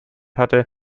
hatte